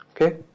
Okay